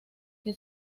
que